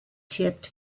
tipped